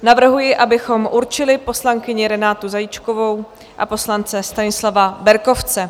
Navrhuji, abychom určili poslankyni Renátu Zajíčkovou a poslance Stanislava Berkovce.